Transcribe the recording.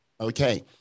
okay